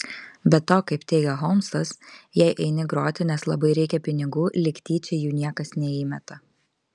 be to kaip teigia holmsas jei eini groti nes labai reikia pinigų lyg tyčia jų niekas neįmeta